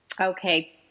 Okay